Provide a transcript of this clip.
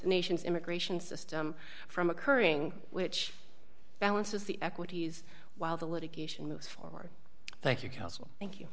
the nation's immigration system from occurring which balances the equities while the litigation moves forward thank you counsel thank you